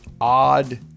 odd